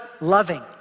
loving